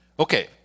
Okay